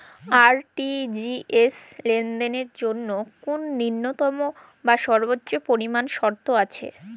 RTGS লেনদেনের জন্য কোন ন্যূনতম বা সর্বোচ্চ পরিমাণ শর্ত আছে?